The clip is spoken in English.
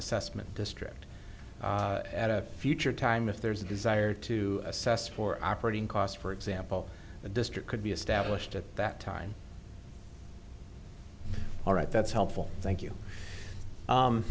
assessment district at a future time if there's a desire to assess for operating costs for example the district could be established at that time all right that's helpful thank you